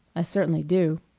i certainly do.